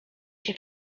się